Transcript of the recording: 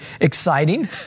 exciting